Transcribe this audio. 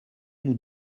nous